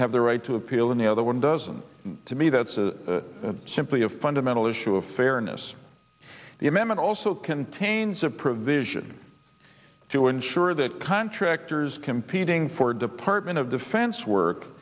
have the right to appeal and the other one doesn't to me that's a simply a fundamental issue of fairness the amendment also contains a provision to ensure that contractors competing for department of defense work